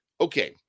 Okay